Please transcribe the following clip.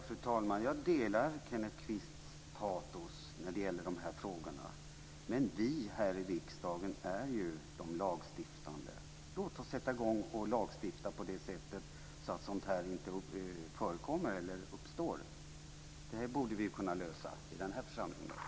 Fru talman! Jag delar Kenneth Kvists patos när det gäller de här frågorna. Men vi här i riksdagen är ju de lagstiftande. Låt oss sätta i gång och lagstifta på det sättet att sådant här inte förekommer eller uppstår! Det här borde vi kunna lösa i den här församlingen.